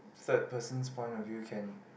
third person point of view can